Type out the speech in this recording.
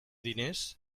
diners